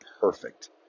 perfect